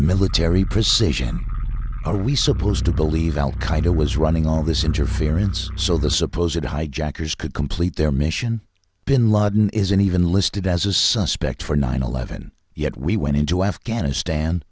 military precision are we supposed to believe al qaeda was running all this interference so the supposed hijackers could complete their mission bin laden isn't even listed as a suspect for nine eleven yet we went into afghanistan